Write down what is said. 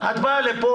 את באה לכאן,